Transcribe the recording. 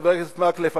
חבר הכנסת מקלב,